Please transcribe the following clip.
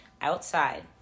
outside